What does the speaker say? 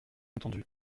entendue